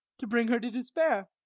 to bring her to despair.